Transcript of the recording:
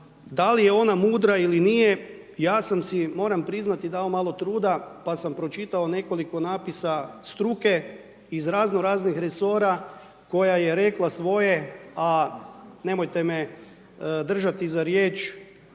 da li je ona mudra ili nije, ja sam si, moram priznati, dao malo truda, pa sam pročitao nekoliko napisa struke iz razno raznih resora koja je rekla svoje, a nemojte me držati za riječ,